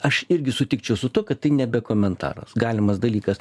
aš irgi sutikčiau su tuo kad tai nebe komentaras galimas dalykas